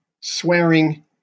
swearing